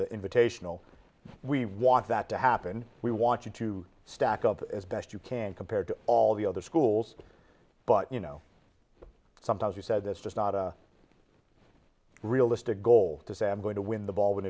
the invitational we want that to happen we want you to stack up as best you can compared to all the other schools but you know sometimes you said that's just not a realistic goal to say i'm going to win the ball when